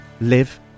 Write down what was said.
live